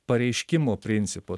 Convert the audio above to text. pareiškimo principu